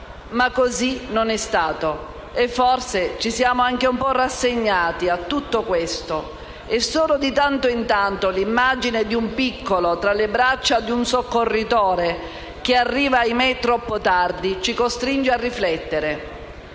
ma così non è stato e, forse, ci siamo anche un po' rassegnati a tutto questo e solo di tanto in tanto l'immagine di un piccolo tra le braccia di un soccorritore che arriva - ahimè - troppo tardi ci costringe a riflettere.